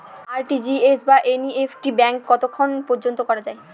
RTGS বা NEFT ব্যাংকে কতক্ষণ পর্যন্ত করা যায়?